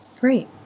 Great